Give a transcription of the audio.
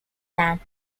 land